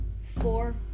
Four